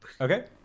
Okay